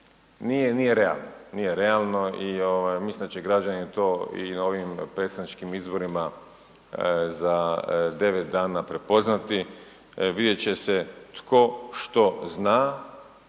nije realno i mislim da će građani to i ovim predsjedničkim izborima za 9 dana prepoznati. Vidjet će se tko što zna,